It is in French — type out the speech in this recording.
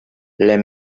les